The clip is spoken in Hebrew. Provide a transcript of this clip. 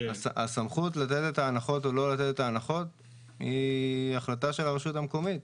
הסמכות לתת את ההנחות או לא לתת את ההנחות היא החלטה של הרשות המקומית,